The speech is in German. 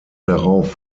darauf